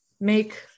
make